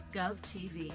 GovTV